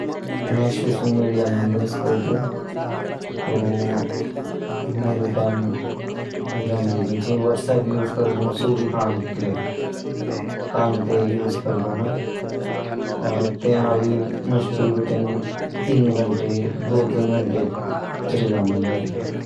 मैं social media नी use करदू तो मेरो टाइम जांदी च व्हाट्सप्प यूज़ करदू सो भी काम के लिए काम ते ही यूज़ करदू और ते मा भी मुश्किल बिटन तीन घंटे दो तीन घंटे चले जांदे मेरे